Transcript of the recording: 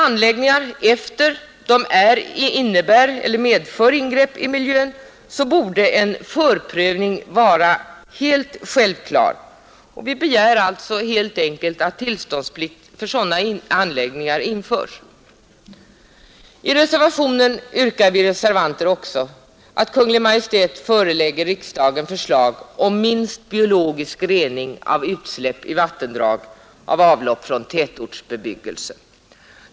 Anläggningar av detta slag medför ofta sådana ingrepp i miljön att en förprövning borde vara helt självklar. Vi begär alltså helt enkelt att tillståndsplikt för sådana anläggningar införs. I reservationen yrkar vi reservanter också att Kungl. Maj:t förelägger riksdagen förslag om minst biologisk rening av utsläpp i vattendrag av avlopp från tätortsbebyggelse.